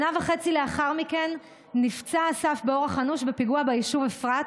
שנה וחצי לאחר מכן נפצע אסף באורח אנוש בפיגוע ביישוב אפרת